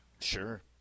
sure